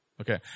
Okay